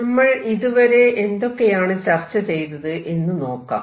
നമ്മൾ ഇതുവരെ എന്തൊക്കെയാണ് ചർച്ച ചെയ്തത് എന്ന് നോക്കാം